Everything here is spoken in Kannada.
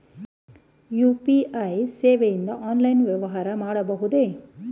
ಯು.ಪಿ.ಐ ಸೇವೆಯಿಂದ ಆನ್ಲೈನ್ ವ್ಯವಹಾರ ಮಾಡಬಹುದೇ?